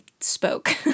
spoke